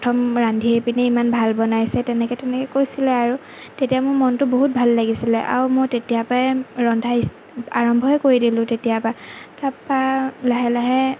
প্ৰথম ৰান্ধি পিনি ইমান ভাল বনাইছে তেনেকৈ তেনেকৈ কৈছিলে আৰু তেতিয়া মোৰ মনটো বহুত ভাল লাগিছিলে আৰু মোৰ তেতিয়াৰ পৰাই ৰন্ধা আৰম্ভই কৰি দিলোঁ তেতিয়াৰ পৰা তাৰ পৰা লাহে লাহে